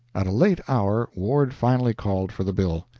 at a late hour ward finally called for the bill.